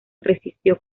resistió